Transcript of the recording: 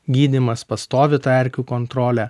gydymas pastovi ta erkių kontrolė